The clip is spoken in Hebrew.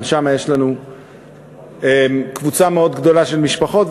גם שם יש לנו קבוצה מאוד גדולה של משפחות,